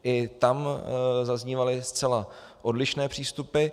I tam zaznívaly zcela odlišné přístupy.